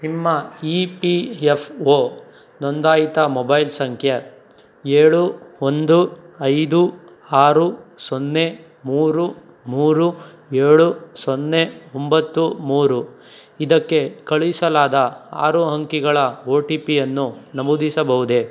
ನಿಮ್ಮ E P F O ನೊಂದಾಯಿತ mobile ಸಂಖ್ಯೆ ಏಳು ಒಂದು ಐದು ಆರು ಸೊನ್ನೆ ಮೂರು ಮೂರು ಏಳು ಸೊನ್ನೆ ಒಂಬತ್ತು ಮೂರು ಇದಕ್ಕೆ ಕಳುಹಿಸಲಾದ ಆರು ಅಂಕಿಗಳ ಒ ಟಿ ಪಿಯನ್ನು ನಮೂದಿಸಬೌದೇ